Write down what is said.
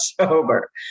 sober